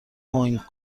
هنگ